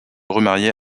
remarier